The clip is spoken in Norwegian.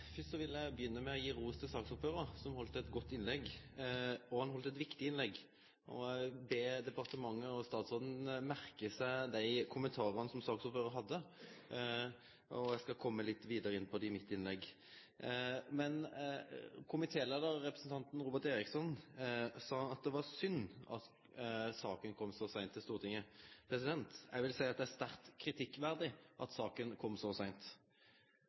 Først vil jeg begynne med å gi ros til saksordføreren som holdt et godt innlegg og et viktig innlegg. Jeg vil be departementet og statsråden merke seg de kommentarene som saksordføreren hadde, og jeg skal komme litt mer inn på det i mitt innlegg. Komitélederen, representanten Robert Eriksson, sa at det var «synd» at saken kom så sent til Stortinget. Jeg vil si at det er sterkt kritikkverdig at saken kom så